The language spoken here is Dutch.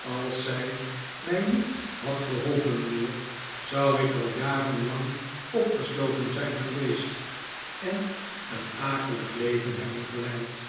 als zij mij niet had geholpen mijnheer zou ik al jarenlang opgesloten zijn geweest en een akelig leven hebben geleid